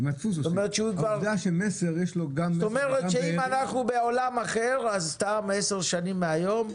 זאת אומרת שאם אנחנו בעולם אחר, עשר שנים מהיום,